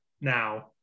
now